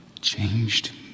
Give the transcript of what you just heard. changed